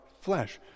flesh